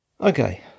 Okay